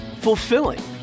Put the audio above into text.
fulfilling